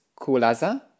Kulaza